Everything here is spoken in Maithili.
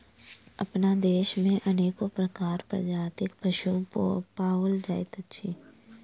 अपना देश मे अनेको प्रकारक प्रजातिक पशु पाओल जाइत अछि